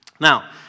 Now